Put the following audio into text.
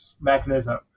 mechanism